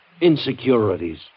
Insecurities